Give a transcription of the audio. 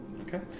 Okay